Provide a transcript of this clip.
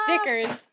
stickers